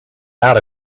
out